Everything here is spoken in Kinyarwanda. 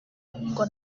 ngo